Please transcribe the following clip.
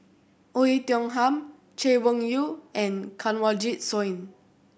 Oei Tiong Ham Chay Weng Yew and Kanwaljit Soin